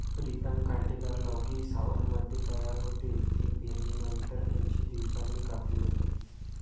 प्रीतम कांटेदार लौकी सावनमध्ये तयार होते, ती पेरणीनंतर ऐंशी दिवसांनी कापली जाते